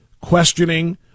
questioning